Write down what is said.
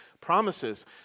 promises